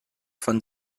von